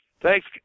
Thanks